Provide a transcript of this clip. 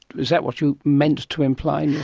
is that what you meant to imply in your